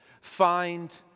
find